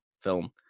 film